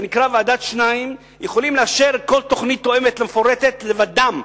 זה נקרא "ועדת שניים" יכולים לאשר כל תוכנית תואמת ומפורטת לבדם,